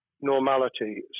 normality